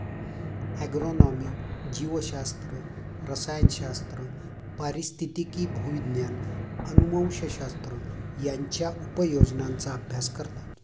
agronomy जीवशास्त्र, रसायनशास्त्र, पारिस्थितिकी, भूविज्ञान, अनुवंशशास्त्र यांच्या उपयोजनांचा अभ्यास करतात